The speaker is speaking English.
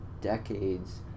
decades